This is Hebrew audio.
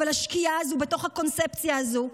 אבל השקיעה הזאת בתוך הקונספציה הזאת,